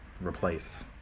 replace